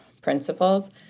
principles